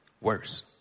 worse